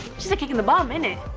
just a kick in the bum, innit?